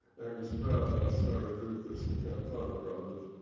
angus fairhurst, sarah lucas, the cantoner brothers,